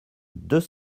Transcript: deux